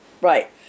Right